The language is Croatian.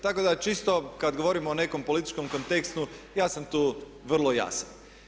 Tako da čisto kad govorimo o nekom političkom kontekstu ja sam tu vrlo jasan.